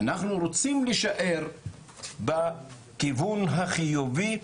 אנחנו רוצים להישאר בכיוון החיובי,